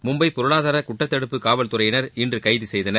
மும்பை பொருளாதார குற்றத்தடுப்பு காவல்துறையினா் இன்று கைது செய்தனர்